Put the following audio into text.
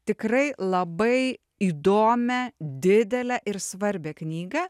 tikrai labai įdomią didelę ir svarbią knygą